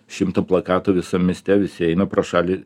šimto plakatų visam mieste visi eina pro šalį